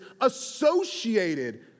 associated